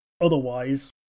otherwise